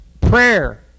Prayer